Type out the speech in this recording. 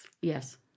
Yes